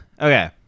Okay